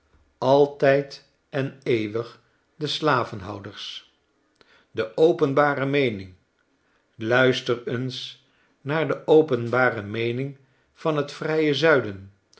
altijd en eeuwig de slavenhouders de operibare meening luister eens naar de openbare meening van t vrije zuiden